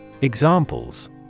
Examples